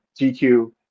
GQ